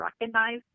recognize